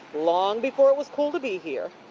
long before it was cool to be here.